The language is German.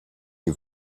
die